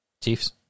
Chiefs